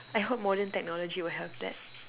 I hope modern technology will have that